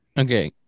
Okay